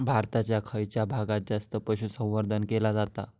भारताच्या खयच्या भागात जास्त पशुसंवर्धन केला जाता?